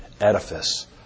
edifice